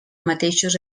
mateixos